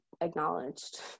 acknowledged